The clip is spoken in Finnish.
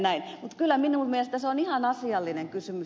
mutta kyllä minun mielestäni ed